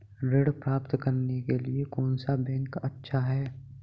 ऋण प्राप्त करने के लिए कौन सा बैंक अच्छा है?